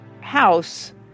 house